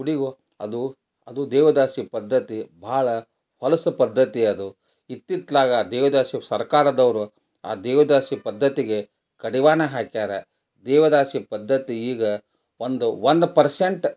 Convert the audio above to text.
ಗುಡಿಗೆ ಹೊ ಅದು ಅದು ದೇವದಾಸಿ ಪದ್ಧತಿ ಭಾಳ ಹೊಲಸು ಪದ್ಧತಿ ಅದು ಇತ್ತಿತ್ಲಾಗಿ ಆ ದೇವದಾಸಿ ಸರ್ಕಾರದವರು ಆ ದೇವದಾಸಿ ಪದ್ಧತಿಗೆ ಕಡಿವಾಣ ಹಾಕ್ಯಾರ ದೇವದಾಸಿ ಪದ್ಧತಿ ಈಗ ಒಂದು ಒಂದು ಪರ್ಸೆಂಟ್